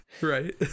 Right